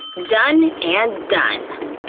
done and done.